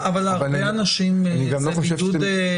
זה הרבה אנשים בבידוד...